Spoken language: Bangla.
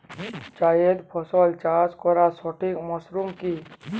জায়েদ ফসল চাষ করার সঠিক মরশুম কি?